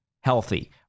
healthy